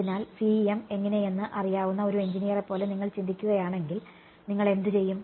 അതിനാൽ CEM എങ്ങനെയെന്ന് അറിയാവുന്ന ഒരു എഞ്ചിനീയറെപ്പോലെ നിങ്ങൾ ചിന്തിക്കുകയാണെങ്കിൽ നിങ്ങൾ എന്ത് ചെയ്യും